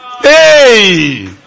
Hey